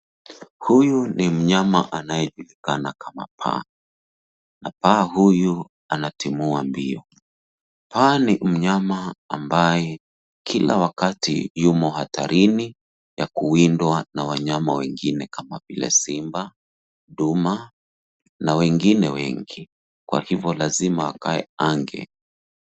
Huyu ni mnyama anayejulikana kama paa na paa huyu anatimua mbio. Paa ni mnyama ambaye kila wakati yumo hatarini ya kuwindwa na wanyama wengine kama vile simba, duma na wengine wengi kwa hivyo lazima akae ange.